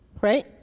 right